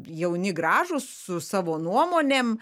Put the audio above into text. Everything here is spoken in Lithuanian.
jauni gražūs su savo nuomonėm